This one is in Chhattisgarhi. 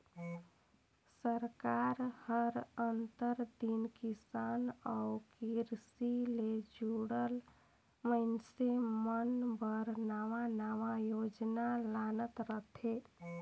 सरकार हर आंतर दिन किसान अउ किरसी ले जुड़ल मइनसे मन बर नावा नावा योजना लानत रहथे